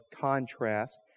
contrast